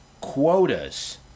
quotas